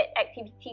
activity